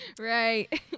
right